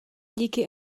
díky